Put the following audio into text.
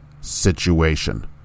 situation